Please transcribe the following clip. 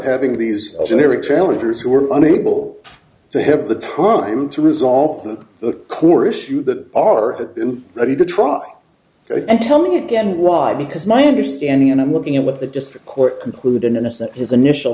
having these generic challengers who were unable to have the time to resolve the core issue that are in the need to try and tell me again why because my understanding and i'm looking at what the district court concluded innocent his initial